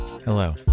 Hello